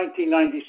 1996